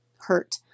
hurt